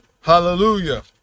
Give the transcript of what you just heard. hallelujah